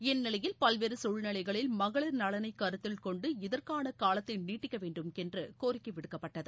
இந்நிலையில் பல்வேறு தூழ்நிலைகளில் மகளிர் நலனைக் கருத்தில் கொண்டு இதற்கான காலத்தை நீட்டிக்க வேண்டும் என்று கோரிக்கை விடுக்கப்பட்டது